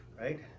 right